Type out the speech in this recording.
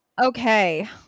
Okay